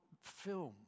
film